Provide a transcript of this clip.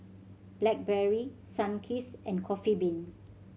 Blackberry Sunkist and Coffee Bean